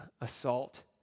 assault